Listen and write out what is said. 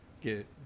get